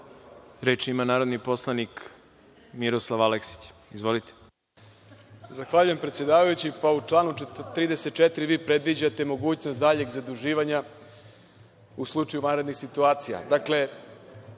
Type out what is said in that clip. ima narodni poslanik Miroslav Aleksić. Izvolite. **Miroslav Aleksić** Zahvaljujem predsedavajući, u članu 34. vi predviđate mogućnost daljeg zaduživanja u slučaju vanrednih situacija.